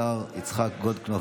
השר יצחק גולדקנופ,